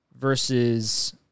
versus